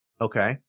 Okay